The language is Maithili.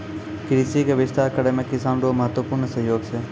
कृषि के विस्तार करै मे किसान रो महत्वपूर्ण सहयोग छै